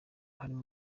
harimo